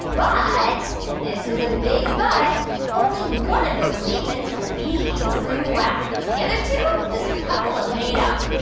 but and this is a big but only one of those statements will be a true wow. the other two just a couple of made-up whats what?